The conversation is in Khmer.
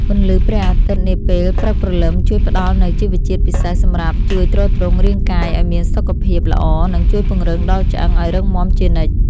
ពន្លឺព្រះអាទិត្យនាពេលព្រឹកព្រលឹមជួយផ្ដល់នូវជីវជាតិពិសេសសម្រាប់ជួយទ្រទ្រង់រាងកាយឱ្យមានសុខភាពល្អ និង ជួយពង្រឹងដល់ឆ្អឹងឱ្យរឹងមាំជានិច្ច។